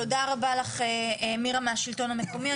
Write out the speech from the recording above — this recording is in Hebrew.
תודה רבה לך מירה מהשלטון המקומי.